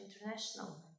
International